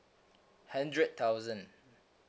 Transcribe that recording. hundred thousand